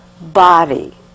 body